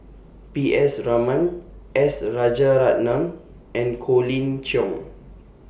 P S Raman S Rajaratnam and Colin Cheong